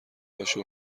باشه